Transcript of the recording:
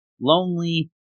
lonely